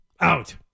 Out